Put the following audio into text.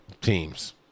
teams